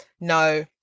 no